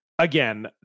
Again